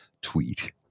tweet